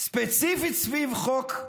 ספציפית סביב חוק,